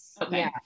Okay